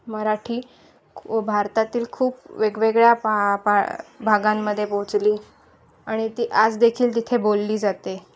मराठी खू भारतातील खूप वेगवेगळ्या पा पा भागांमध्ये पोचली आणि ती आजदेखील तिथे बोलली जाते